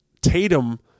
Tatum